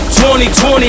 2020